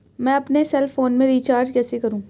मैं अपने cell phone में रिचार्ज कैसे करूँ?